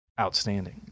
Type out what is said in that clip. outstanding